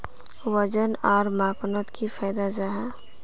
वजन आर मापनोत की फायदा जाहा?